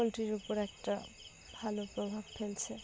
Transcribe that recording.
পোলট্রির উপর একটা ভালো প্রভাব ফেলছে